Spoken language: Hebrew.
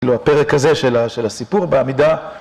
כאילו, הפרק הזה של הסיפור בעמידה.